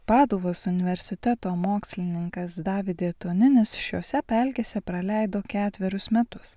paduvos universiteto mokslininkas davide toninis šiose pelkėse praleido ketverius metus